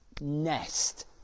nest